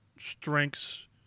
strengths